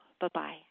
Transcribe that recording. Bye-bye